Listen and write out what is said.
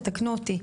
תתקנו אותי.